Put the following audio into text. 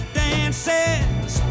dances